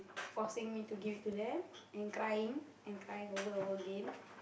forcing me to give it to them and crying and crying over and over again